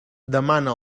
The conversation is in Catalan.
demana